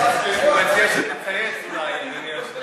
אני מציע שתצייץ, אולי, אדוני היושב-ראש.